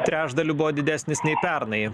trečdaliu buvo didesnis nei pernai